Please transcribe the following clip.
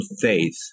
faith